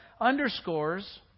underscores